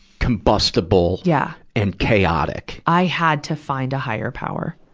combustible yeah and chaotic? i had to find a higher power.